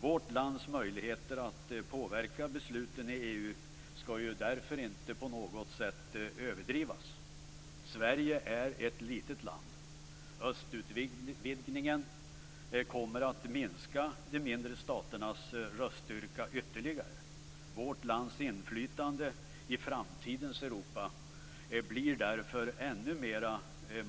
Vårt lands möjligheter att påverka besluten i EU skall därmed inte på något sätt överdrivas. Sverige är ett litet land. Östutvidgningen kommer att minska de mindre staternas röststyrka ytterligare. Vårt lands inflytande i framtidens Europa blir därför än mer